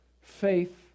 Faith